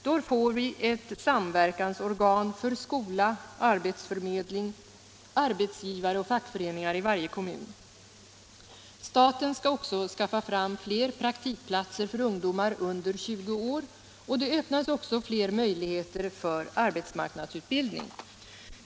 Då får vi ett samverkansorgan för skola, arbetsförmedling, arbetsgivare och fackföreningar i varje kommun. Staten skall också skaffa fram fler praktikplatser för ungdomar under 20 år. Det öppnas också fler möjligheter för arbetsmarknadsutbildning.